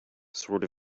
sort